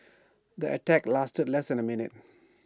the attack lasted less than A minute